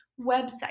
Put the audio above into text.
website